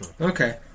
okay